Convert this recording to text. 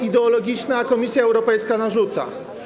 ideologiczna Komisja Europejska narzuca.